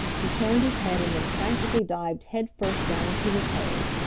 he turned his head and then frantically dived head first down into his hole.